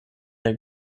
der